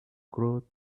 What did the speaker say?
growth